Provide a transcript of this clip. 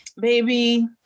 baby